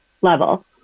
level